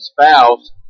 spouse